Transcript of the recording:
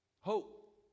Hope